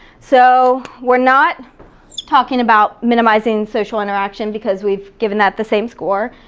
so we're not talking about minimizing social interaction because we've given that the same score,